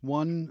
one